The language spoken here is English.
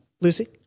lucy